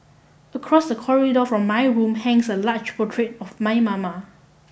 across the corridor from my room hangs a large portrait of my mama